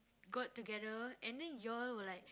got together and then you all were like